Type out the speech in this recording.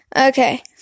Okay